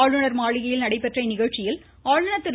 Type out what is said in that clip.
ஆளுநர் மாளிகையில் நடைபெற்ற இந்நிகழ்ச்சியில் ஆளுநர் திரு